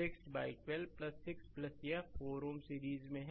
612 6 यह 4 Ω सीरीज में है